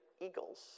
eagles